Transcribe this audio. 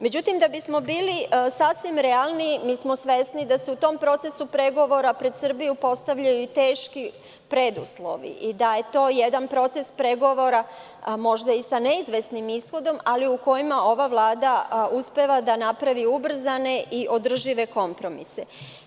Međutim, da bismo bili sasvim realni, svesni smo da se u tom procesu pregovora pred Srbiju postavljaju teški preduslovi i da je to jedan proces pregovora, možda i sa neizvesnim ishodom, ali u kojima ova vlada uspeva da napravi ubrzane i održive kompromise.